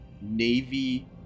Navy